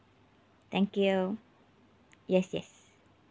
thank you yes yes